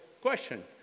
question